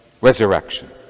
resurrection